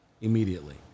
immediately